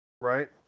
Right